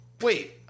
Wait